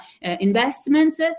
investments